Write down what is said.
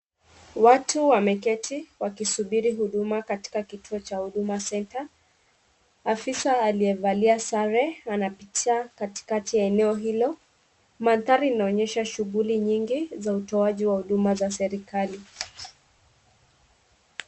Watu wameketi wakisubiri huduma katiaka kitio cha huduma centre afisa aliyevalia sare anapita katikati eneo hilo maadhari inaonyesha shughuli nyingi za utoaji wa huduma za serikali.